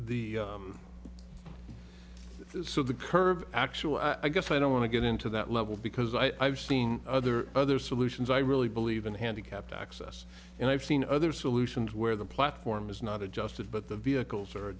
suv the curve actually i guess i don't want to get into that level because i've seen other other solutions i really believe in handicapped access and i've seen other solutions where the platform is not adjusted but the vehicles are